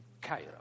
Cairo